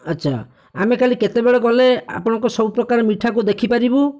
ଆଛା ଆମେ କାଲି କେତେବେଳେ ଗଲେ ଆପଣଙ୍କର ସବୁ ପ୍ରକାର ମିଠାକୁ ଦେଖିପାରିବୁ